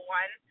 one